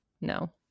No